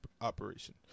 operation